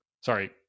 Sorry